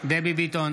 דבי ביטון,